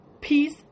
Peace